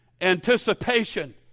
anticipation